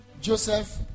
Joseph